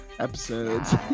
Episodes